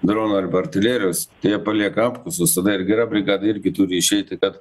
dronų arba artilerijos tai jie palieka apkasus tada ir gera brigada irgi turi išeiti kad